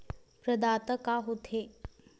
प्रदाता का हो थे?